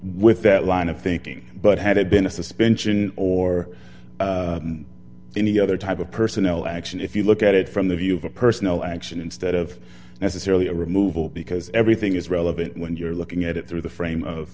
with that line of thinking but had it been a suspension or any other type of personnel action if you look at it from the view of a personnel action instead of necessarily a removal because everything is relevant when you're looking at it through the frame of